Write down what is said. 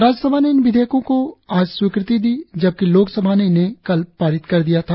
राज्यसभा ने इन विधेयकों को आज स्वीकृति दी जबकि लोकसभा ने इन्हें कल पारित किया था